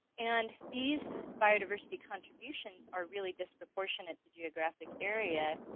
and these biodiversity contributions are really disproportionate to geographic area.